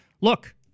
Look